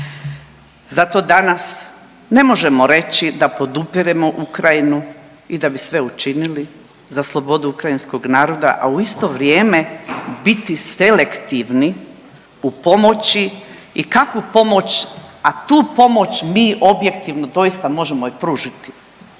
Zato danas ne možemo reći da podupiremo Ukrajinu i da bi sve učinili za slobodu ukrajinskog naroda, a u isto vrijeme biti selektivni u pomoći i kakvu pomoć, a tu pomoć objektivno doista možemo i pružiti.